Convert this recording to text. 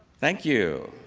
thank you.